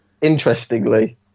Interestingly